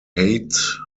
height